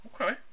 Okay